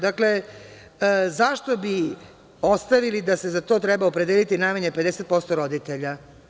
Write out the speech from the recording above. Dakle, zašto bi ostavili da se za to treba opredeliti najmanje 50% roditelja?